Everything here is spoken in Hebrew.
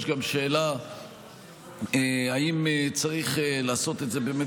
יש גם שאלה אם צריך לעשות את זה באמת